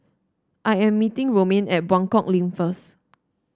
I am meeting Romaine at Buangkok Link first